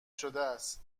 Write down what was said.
شدس